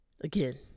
Again